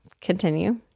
Continue